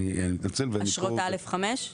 אשרות א.5?